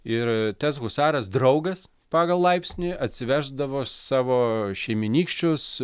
ir tas husaras draugas pagal laipsnį atsiveždavo savo šeimynykščius